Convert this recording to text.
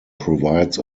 provides